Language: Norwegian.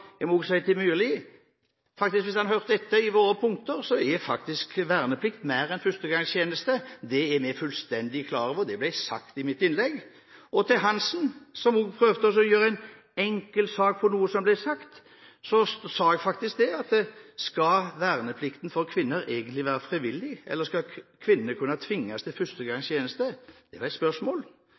Jeg må også si til representanten Myrli: Hvis han hørte etter våre punkter, er faktisk verneplikt mer enn førstegangstjeneste. Det er vi fullstendig klar over, det ble sagt i mitt innlegg. Til Eva Kristin Hansen, som også prøvde å gjøre en sak ut av noe som var sagt: Jeg spurte om verneplikten for kvinner egentlig skal være frivillig, eller skal kvinner kunne tvinges til førstegangstjeneste? Det var et spørsmål.